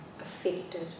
affected